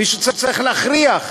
מישהו צריך להכריח.